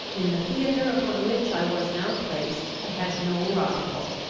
in the theatre upon which i was now placed i had no rival.